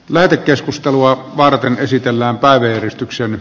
lähetekeskustelua varten esitellään päiväjärjestykseen